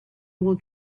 will